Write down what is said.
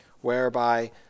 whereby